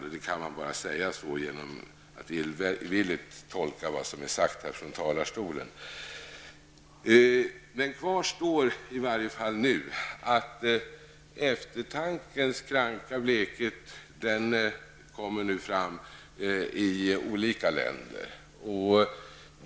Att hävda någonting annat är att göra en illvillig tolkning av vad som har sagts här i talarstolen. Kvar står i varje fall nu det faktum att eftertankens kranka blekhet kommer fram i olika länder.